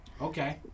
Okay